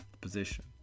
position